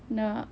nak